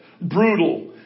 brutal